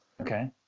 Okay